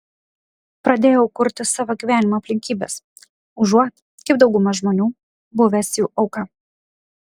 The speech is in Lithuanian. pradėjau kurti savo gyvenimo aplinkybes užuot kaip dauguma žmonių buvęs jų auka